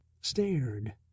stared